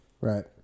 Right